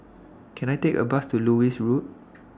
Can I Take A Bus to Lewis Road